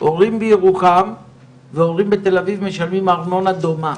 הורים בירוחם והורים בתל אביב משלמים ארנונה דומה,